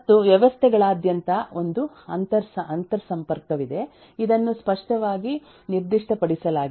ಮತ್ತು ವ್ಯವಸ್ಥೆಗಳಾದ್ಯಂತ ಒಂದು ಅಂತರ್ಸಂಪರ್ಕವಿದೆ ಇದನ್ನು ಸ್ಪಷ್ಟವಾಗಿ ನಿರ್ದಿಷ್ಟಪಡಿಸಲಾಗಿದೆ